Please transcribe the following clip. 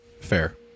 Fair